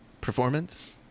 performance